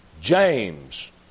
James